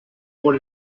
por